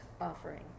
offering